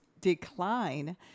decline